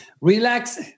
Relax